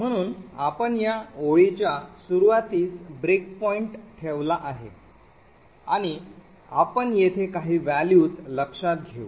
म्हणून आपण या ओळीच्या सुरूवातीस ब्रेकपॉईंट ठेवला आहे आणि आपण येथे काही व्हॅल्यूज लक्षात घेऊ